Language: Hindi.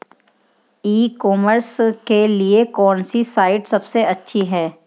ई कॉमर्स के लिए कौनसी साइट सबसे अच्छी है?